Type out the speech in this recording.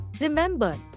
Remember